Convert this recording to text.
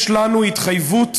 יש לנו התחייבות,